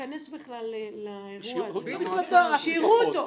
להיכנס בכלל לאירוע הזה, שיראו אותו.